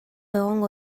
egongo